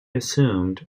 assumed